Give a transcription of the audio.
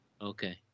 Okay